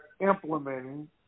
implementing